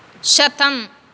शतम्